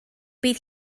bydd